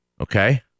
okay